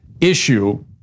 issue